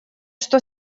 что